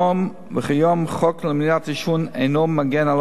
כיום החוק למניעת העישון אינו מגן על